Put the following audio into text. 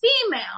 female